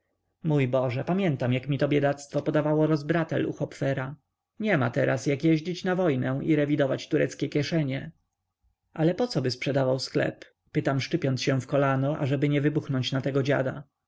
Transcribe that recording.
mój boże pamiętam jak mi to biedactwo podawało rozbratel u hopfera niema teraz jak jeździć na wojnę i rewidować tureckie kieszenie ale pocoby sprzedawał sklep pytam szczypiąc się w kolano ażeby nie wybuchnąć na tego dziada